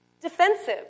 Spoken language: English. defensive